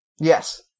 Yes